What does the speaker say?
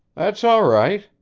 that's all right,